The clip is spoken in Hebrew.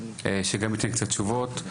שגם ייתן קצת תשובות,